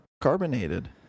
Carbonated